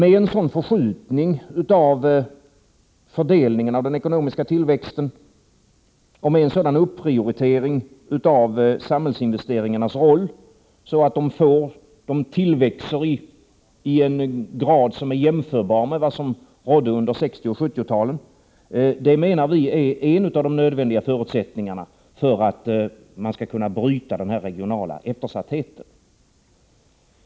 En sådan förskjutning av fördelningen av den ekonomiska tillväxten och med en sådan prioritering av samhällsinvesteringarna att de ökar i en grad som är jämförbar med förhållandena under 1960 och 1970-talen är en av de nödvändiga förutsättningarna för att man skall kunna bryta den regionala eftersattheten.